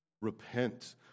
Repent